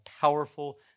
powerful